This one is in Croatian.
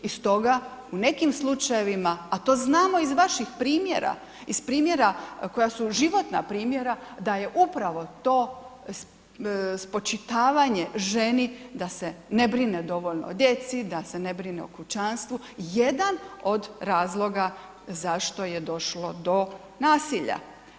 I stoga u nekim slučajevima a to znamo iz vaših primjera, iz primjera koja su životna primjera da je upravo to spočitavanje ženi da se ne brine dovoljno o djeci, da se ne brine o kućanstvu jedan od razloga zašto je došlo do nasilja.